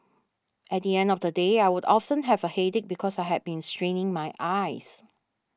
at the end of the day I would often have a headache because I had been straining my eyes